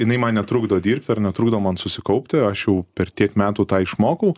jinai man netrukdo dirbti ir netrukdo man susikaupti aš jau per tiek metų tą išmokau